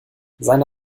seine